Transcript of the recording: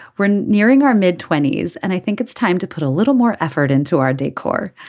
we're nearing our mid twenty s and i think it's time to put a little more effort into our decor.